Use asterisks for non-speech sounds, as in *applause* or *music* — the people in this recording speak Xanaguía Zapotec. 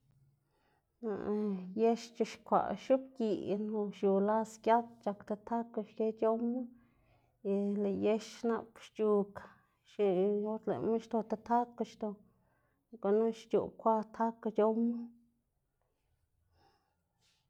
*hesitation* yex c̲h̲ixkwaꞌ x̱oꞌbgiꞌn o xiu las giat c̲h̲ak ti tako xki c̲h̲owma y lëꞌ yex nap xc̲h̲ug xi or lëꞌma xto ti tako xto, gunu xc̲h̲oꞌb kwa tako c̲h̲owma.